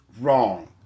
wrong